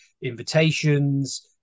invitations